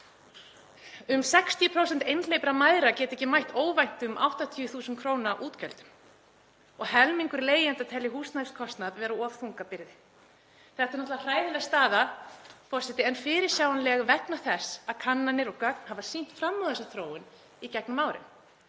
Um 60% einhleypra mæðra geta ekki mætt óvæntum 80.000 kr. útgjöldum og helmingur leigjenda telur húsnæðiskostnað vera of þunga byrði. Þetta er náttúrlega hræðileg staða, forseti, en fyrirsjáanleg vegna þess að kannanir og gögn hafa sýnt fram á þessa þróun í gegnum árin.